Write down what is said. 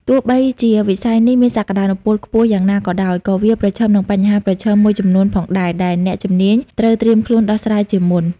ទោះបីជាវិស័យនេះមានសក្កានុពលខ្ពស់យ៉ាងណាក៏ដោយ ក៏វាប្រឈមនឹងបញ្ហាប្រឈមមួយចំនួនផងដែរ ដែលអ្នកជំនាញត្រូវត្រៀមខ្លួនដោះស្រាយជាមុន។